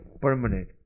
permanent